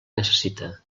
necessita